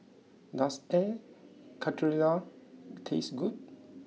does Air Karthira taste good